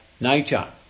nature